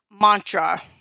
mantra